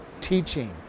teaching